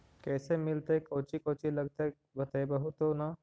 कैसे मिलतय कौची कौची लगतय बतैबहू तो न?